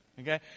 Okay